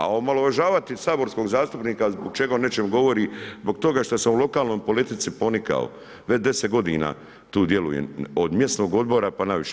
A omalovažavati saborskog zastupnika zbog čega o nečem govori, zbog toga što sam u lokalnoj politici ponikao, već 10 godina tu djelujem, od mjesnog odbora pa naviše.